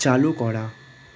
চালু করা